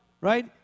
right